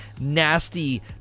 nasty